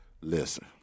Listen